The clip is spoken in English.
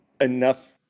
enough